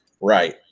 Right